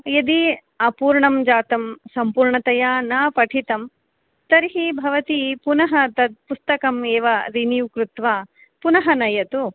यदि अपूर्णं जातं सम्पूर्णतया न पठितं तर्हि भवती पुनः तद् पुस्तकमेव रेन्यू कृत्वा पुनः नयतु